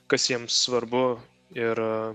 kas jiems svarbu ir